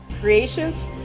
creations